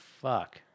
fuck